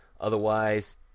Otherwise